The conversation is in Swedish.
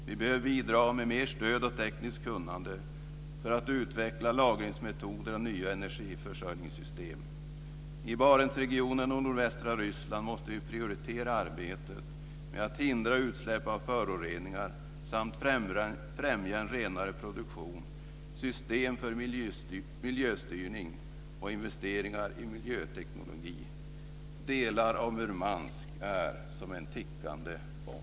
Vi behöver bidra med mer stöd och tekniskt kunnande för att utveckla lagringsmetoder och nya energiförsörjningssystem. I Barentsregionen och nordvästra Ryssland måste vi prioritera arbetet med att hindra utsläpp av föroreningar samt att främja en renare produktion, system för miljöstyrning och investeringar i miljöteknik. Delar av Murmansk är som en tickande bomb.